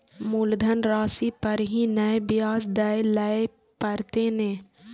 मुलधन राशि पर ही नै ब्याज दै लै परतें ने?